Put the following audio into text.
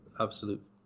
absolute